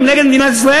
הם נגד מדינת ישראל?